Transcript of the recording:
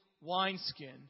wineskin